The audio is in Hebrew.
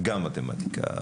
גם מתמטיקה.